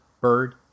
Bird